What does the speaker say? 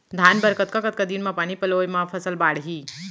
धान बर कतका कतका दिन म पानी पलोय म फसल बाड़ही?